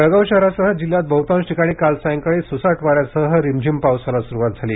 जळगाव शहरासह जिल्ह्यात बहुतांश ठिकाणी काल सायंकाळी सुसाट वाऱ्यासह रिमझिम पावसाला सुरुवात झाली